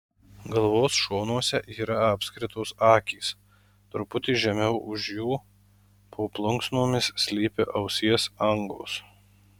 galvos šonuose yra apskritos akys truputį žemiau už jų po plunksnomis slypi ausies angos